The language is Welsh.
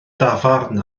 dafarn